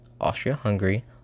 Austria-Hungary